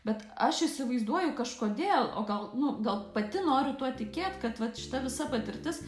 bet aš įsivaizduoju kažkodėl o gal nu gal pati noriu tuo tikėt kad vat šita visa patirtis